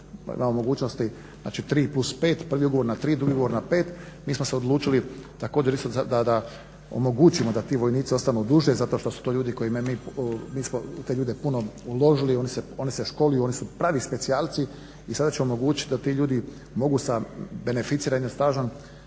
imamo mogućnost 3+5, prvi ugovor na tri, drugi ugovor na pet. Mi smo se odlučili također isto da omogućimo da ti vojnici ostanu duže zato što su to ljudi kojima mi, mi smo u te ljude puno uložili i oni se školuju, oni su pravi specijalci. I sada ćemo omogućiti da ti ljudi mogu sa beneficiranim stažom